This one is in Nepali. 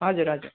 हजुर हजुर